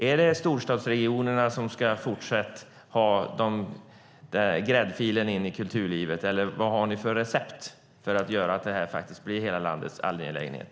Är det storstadsregionerna som även fortsättningsvis ska ha gräddfilen in i kulturlivet, eller vad har ni för recept för att göra att detta blir hela landets angelägenhet?